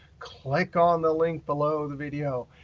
click on the link below the video.